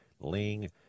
ling